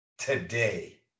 Today